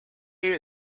you